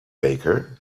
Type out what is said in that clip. baker